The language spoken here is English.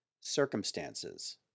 circumstances